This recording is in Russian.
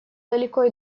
далеко